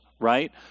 right